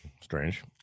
Strange